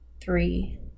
three